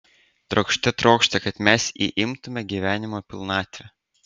trokšte trokšta kad mes įimtume gyvenimo pilnatvę